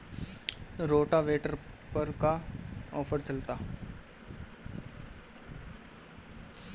Rotavator पर का offer चलता?